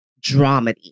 dramedy